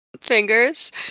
fingers